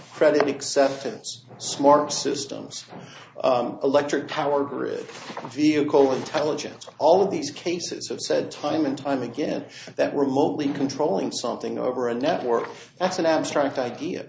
credit exceptions smart systems electric power grid vehicle intelligence all of these cases have said time and time again that remotely controlling something over a network that's an abstract idea